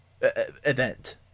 event